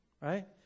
Right